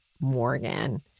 Morgan